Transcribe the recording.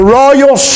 royal